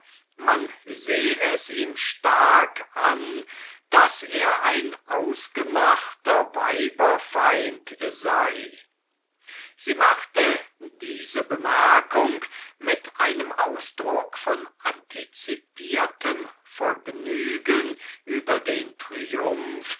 man seh es ihm stark an daß er ein ausgemachter weiberfeind sei sie machte diese bemerkung mit einem ausdruck von anticipiertem vergnügen über den triumph